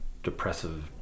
Depressive